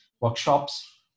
workshops